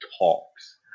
talks